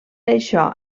això